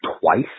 twice